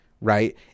right